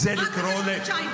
ואני לא אחזיר תושב אחד לבית.